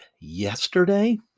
yesterday